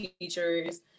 teachers